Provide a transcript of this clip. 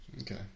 Okay